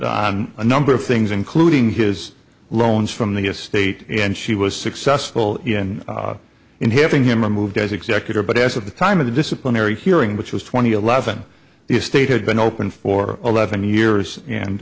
on a number of things including his loans from the estate and she was successful in helping him a move as executor but as of the time of the disciplinary hearing which was twenty eleven the estate had been open for eleven years and